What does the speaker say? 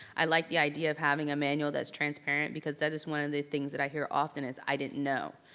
i like the idea of having a manual that is transparent because that is one of the things i hear often is, i didn't know,